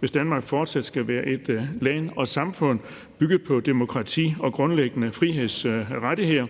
hvis Danmark fortsat skal være et land og et samfund bygget på demokrati og grundlæggende frihedsrettigheder.